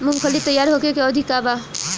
मूँगफली तैयार होखे के अवधि का वा?